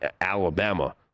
Alabama